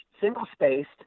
single-spaced